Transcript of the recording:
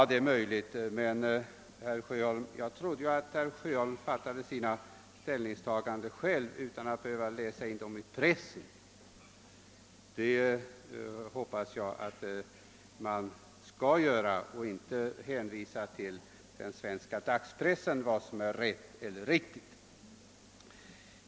Detta är möjligt, men jag trodde att herr Sjöholm fattade sina ställningstaganden själv utan att läsa in dem i pressen. Jag hoppas att vi är överens om att man bör fatta sina ställningstaganden själv och inte hänvisa till dagspressen då det gäller att motivera sin uppfattning.